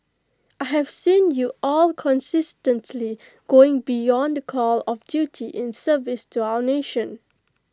I have seen you all consistently going beyond the call of duty in service to our nation